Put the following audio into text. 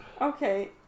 Okay